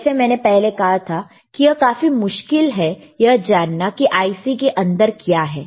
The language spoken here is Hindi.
जैसे मैंने पहले कहा था कि यह काफी मुश्किल है यह जानना कि IC के अंदर क्या है